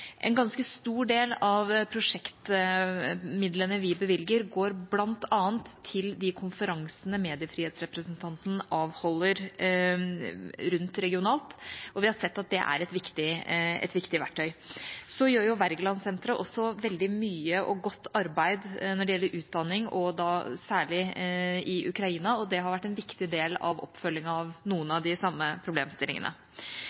prosjektmidlene vi bevilger, går bl.a. til de konferansene Mediefrihetsrepresentanten avholder regionalt, og vi har sett at det er et viktig verktøy. Så gjør Wergelandsenteret også veldig mye og godt arbeid når det gjelder utdanning, særlig i Ukraina, og det har vært en viktig del av oppfølgingen av noen